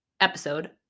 episode